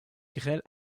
grêle